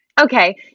Okay